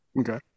Okay